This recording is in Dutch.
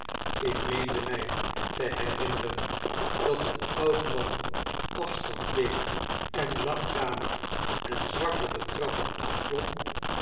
ik meende mijteherinneren dat een oud man afstand deed en langzamer en zwakker de trappen afklom